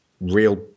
Real